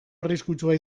arriskutsua